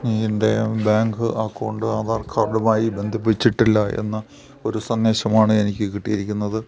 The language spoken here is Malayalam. എൻ്റെ ബാങ്ക് അക്കൗണ്ട് ആധാർ കാർഡുമായി ബന്ധിപ്പിച്ചിട്ടില്ലാ എന്ന ഒരു സന്ദേശമാണ് എനിക്ക് കിട്ടിയിരിക്കുന്നത്